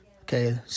okay